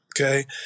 okay